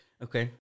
Okay